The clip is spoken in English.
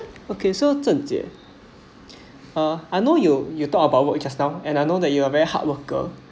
okay so zhen jie uh I know you you talk about work just now and I know that you are a very hard worker